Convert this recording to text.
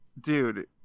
dude